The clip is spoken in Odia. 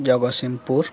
ଜଗତସିଂହପୁର